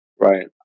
Right